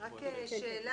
בבקשה.